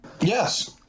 Yes